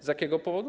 Z jakiego powodu?